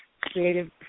Creative